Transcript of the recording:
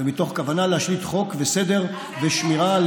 ומתוך כוונה להשליט חוק וסדר ושמירה על